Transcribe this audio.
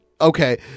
Okay